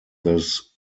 this